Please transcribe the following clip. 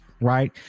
Right